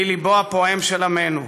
והיא לבו הפועם של עמנו.